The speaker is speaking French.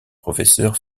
professeur